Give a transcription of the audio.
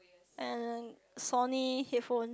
and Sony headphone